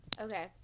Okay